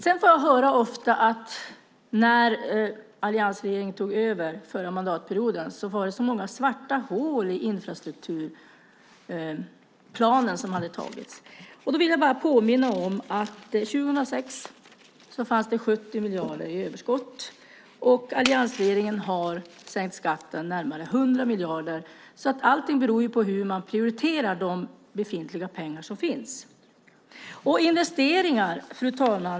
Dels får jag ofta höra att när alliansregeringen tog över inför den förra mandatperioden var det så många svarta hål i infrastrukturplanen som hade antagits. Jag vill påminna om att det år 2006 fanns ett överskott på 70 miljarder och om att alliansregeringen har sänkt skatten med närmare 100 miljarder. Allt beror på hur man prioriterar utifrån de pengar som finns. Fru talman!